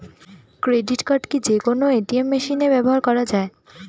Credit card কি যে কোনো এ.টি.এম মেশিনে ব্যবহার করা য়ায়?